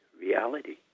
reality